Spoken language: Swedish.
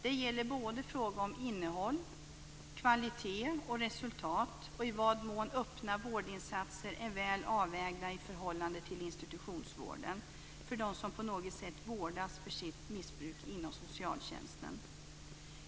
Det gäller både innehåll, kvalitet och resultat och i vad mån öppna vårdinsatser är väl avvägda i förhållande till institutionsvården för dem som på något sätt vårdas för sitt missbruk inom socialtjänsten.